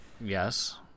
Yes